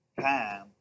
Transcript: time